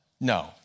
no